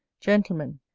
gentlemen,